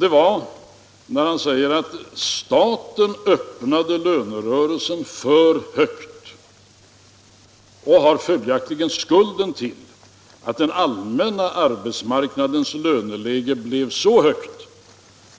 Det var när han sade att staten öppnade lönerörelsen för högt och följaktligen bär skulden till att den allmänna arbetsmarknadens löneläge blev så högt